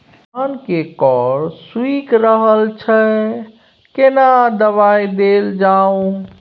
धान के कॉर सुइख रहल छैय केना दवाई देल जाऊ?